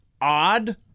odd